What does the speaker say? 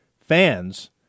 Fans